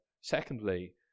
secondly